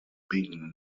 been